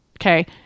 okay